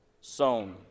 sown